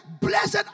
Blessed